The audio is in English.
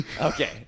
okay